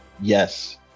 Yes